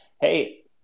Hey